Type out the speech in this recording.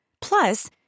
Plus